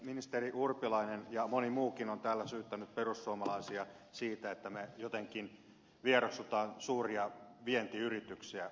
ministeri urpilainen ja moni muukin on täällä syyttänyt perussuomalaisia siitä että me jotenkin vieroksumme suuria vientiyrityksiä